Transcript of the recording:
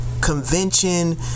convention